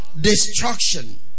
destruction